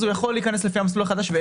הוא יכול להיכנס לפי המסלול החדש ואין בעיה.